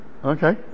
okay